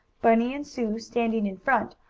bunny and sue, standing in front,